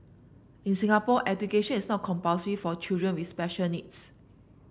in Singapore education is not compulsory for children with special needs